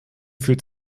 fühlt